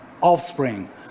offspring